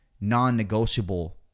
non-negotiable